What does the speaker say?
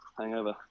hangover